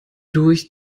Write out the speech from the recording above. durch